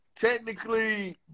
technically